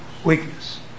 Weakness